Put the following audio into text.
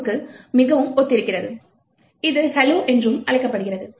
out க்கு மிகவும் ஒத்திருக்கிறது இது hello என்றும் அழைக்கப்படுகிறது